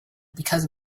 because